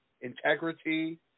integrity